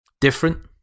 different